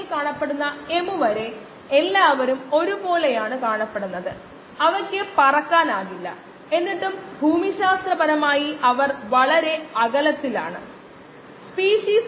നമ്മൾ ചെയ്യുന്നതെന്തും തുടരണമെന്ന് ഞാൻ കരുതുന്നു നിയോഗിക്കുക തരുന്ന പ്രോബ്ലംസ് ചെയ്യുക